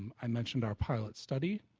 um i mentioned our pilot study,